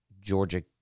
Georgia